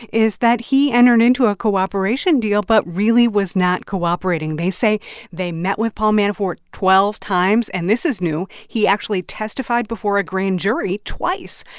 is that he entered into a cooperation deal but really was not cooperating. they say they met with paul manafort twelve times and this is new he actually testified before a grand jury twice.